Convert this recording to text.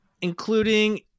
including